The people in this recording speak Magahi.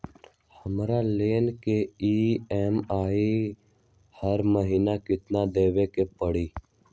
हमरा लोन के ई.एम.आई हर महिना केतना देबे के परतई?